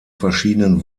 verschiedenen